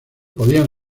podían